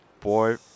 boy